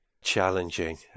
challenging